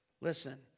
Listen